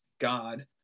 God